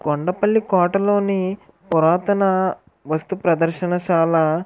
కొండపల్లి కోటలోని పురాతన వస్తు ప్రదర్శనశాల